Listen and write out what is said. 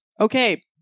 Okay